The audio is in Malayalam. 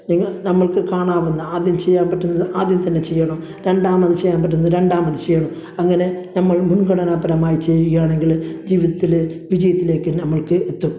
നിങ്ങൾ നമുക്ക് കാണാവുന്ന ആദ്യം ചെയ്യാൻ പറ്റുന്നത് ആദ്യം തന്നെ ചെയ്യണം രണ്ടാമത് ചെയ്യാൻ പറ്റുന്ന രണ്ടാമത് ചെയ്യണം അങ്ങനെ നമ്മൾ മുൻഗണനാപരമായി ചെയ്യുകയാണെങ്കിൽ ജീവിതത്തിൽ വിജയത്തിലേക്ക് നമുക്ക് എത്തും